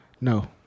No